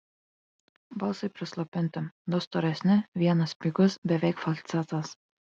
balsai prislopinti du storesni vienas spigus beveik falcetas